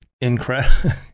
incredible